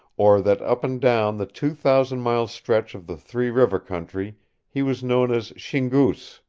or that up and down the two thousand-mile stretch of the three river country he was known as shingoos,